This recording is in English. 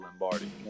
Lombardi